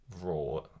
raw